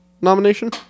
nomination